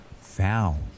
Found